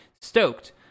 stoked